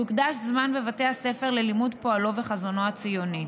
יוקדש זמן בבתי הספר ללימוד פועלו וחזונו הציוני.